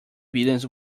buildings